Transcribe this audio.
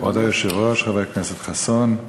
כבוד היושב-ראש חבר הכנסת חסון,